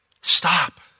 stop